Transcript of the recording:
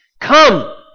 Come